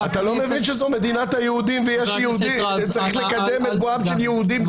אתה לא מבין שזאת מדינת היהודים וצריך לקדם את בואם של יהודים?